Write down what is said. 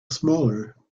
smaller